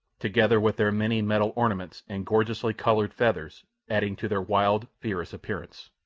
together with their many metal ornaments and gorgeously coloured feathers, adding to their wild, fierce appearance.